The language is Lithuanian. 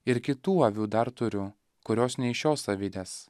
ir kitų avių dar turiu kurios ne iš šios avidės